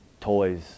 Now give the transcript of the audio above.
toys